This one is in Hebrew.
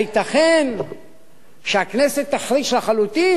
הייתכן שהכנסת תחריש לחלוטין?